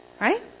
Right